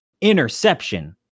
interception